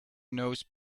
knows